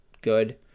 good